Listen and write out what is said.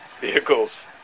vehicles